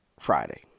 Friday